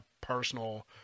personal